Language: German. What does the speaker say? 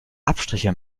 abstriche